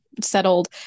settled